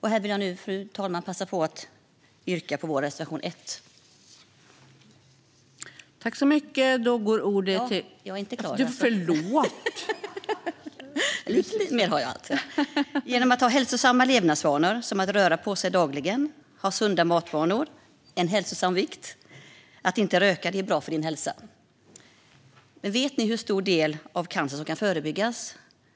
Här vill jag, fru talman, passa på att yrka bifall till vår reservation l. Hälsosamma levnadsvanor som att röra på sig dagligen, sunda matvanor, en hälsosam vikt och att inte röka är bra för din hälsa. Vet ni hur stor del av all cancer som kan förebyggas?